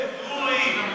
זה הוא או היא?